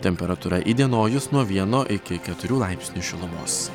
temperatūra įdienojus nuo vieno iki keturių laipsnių šilumos